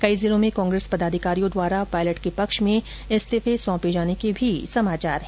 कई जिलों में कांग्रेस पदाधिकारियों द्वारा पायलट के पक्ष में इस्तीफे सौंपे जाने के भी समाचार है